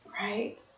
Right